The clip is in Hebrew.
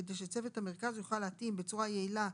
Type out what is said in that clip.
כדי שצוות המרכז יוכל להתאים בצורה יעילה,